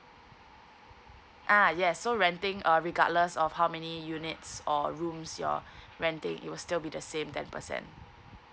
ah yes so renting uh regardless of how many units or rooms you're renting it will still be the same ten percent